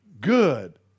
good